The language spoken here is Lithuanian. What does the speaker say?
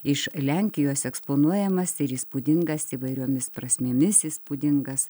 iš lenkijos eksponuojamas ir įspūdingas įvairiomis prasmėmis įspūdingas